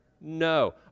No